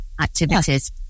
activities